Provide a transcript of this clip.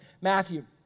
Matthew